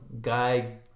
guy